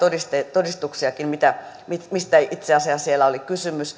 todistuksiakin mistä itse asiassa siellä oli kysymys